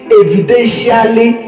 evidentially